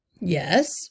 Yes